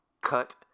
Cut